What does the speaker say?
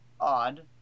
odd